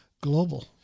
global